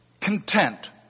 content